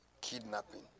Kidnapping